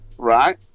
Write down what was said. Right